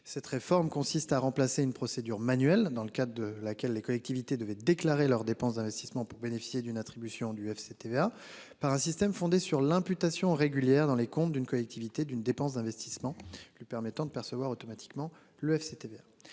Cette réforme consiste à remplacer une procédure manuelle, dans le cadre de laquelle les collectivités devait déclarer leurs dépenses d'investissement pour bénéficier d'une attribution du FCTVA par un système fondé sur l'imputation régulière dans les comptes d'une collectivité d'une dépense d'investissement lui permettant de percevoir automatiquement le FCTVA.